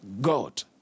God